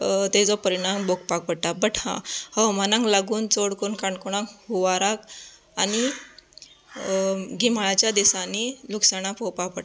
ताजो परिणाम भोगपाक पडटा बट हवामानाक लागून चड करून काणकोणा हुंवाराक आनी गिमाळ्याच्या दिसांनी लुकसाणां पोवपाक पडटा